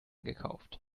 gekauft